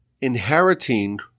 inheriting